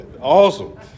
Awesome